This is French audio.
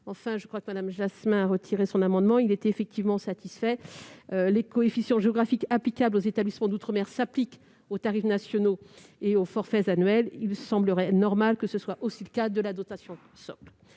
Enfin, l'amendement de Mme Jasmin est effectivement satisfait. Les coefficients géographiques applicables aux établissements d'outre-mer s'appliquent aux tarifs nationaux et aux forfaits annuels. Il semblerait normal que ce soit aussi le cas de la dotation socle.